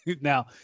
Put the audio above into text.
Now